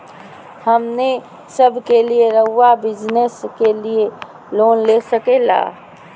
हमने सब के लिए रहुआ बिजनेस के लिए लोन दे सके ला?